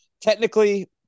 technically